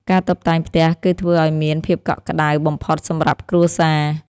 ការតុបតែងផ្ទះ គឺធ្វើឱ្យមានភាពកក់ក្ដៅបំផុតសម្រាប់គ្រួសារ។